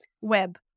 web